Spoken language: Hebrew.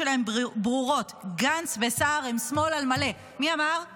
ההגנה על המפונים ועל החטופים ועל המשפחות שלהם מפני פיטורין